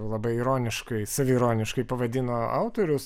labai ironiškai saviironiškai pavadino autorius